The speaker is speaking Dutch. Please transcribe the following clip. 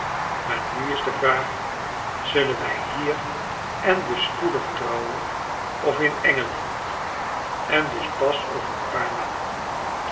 maar nu is de vraag zullen wij hier en dus spoedig trouwen of in engeland en dus pas over een paar maanden